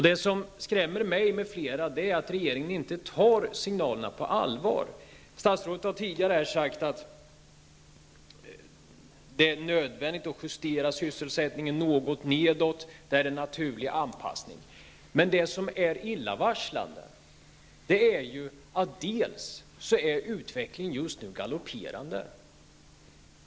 Det som skrämmer mig m.fl. är att regeringen inte tar signalerna på allvar. Statsrådet har tidigare sagt att det är nödvändigt att justera sysselsättningen något nedåt och att detta är en naturlig anpassning. Det som är illavarslande är att utvecklingen just nu är galopperande.